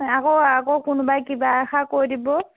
আকৌ আকৌ কোনোবাই কিবা এষাৰ কৈ দিব